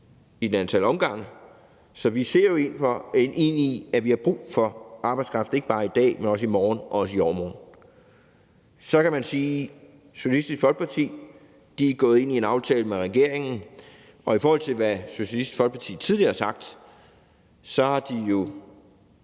på et antal gange. Så vi ser ind i, at vi har brug for arbejdskraft ikke bare i dag, men også i morgen og i overmorgen. Socialistisk Folkeparti er gået ind i en aftale med regeringen, og i forhold til hvad Socialistisk Folkeparti tidligere har sagt, har de jo